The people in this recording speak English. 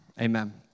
Amen